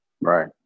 Right